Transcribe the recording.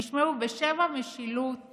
תשמעו, בשם המשילות